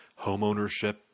homeownership